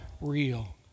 real